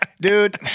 Dude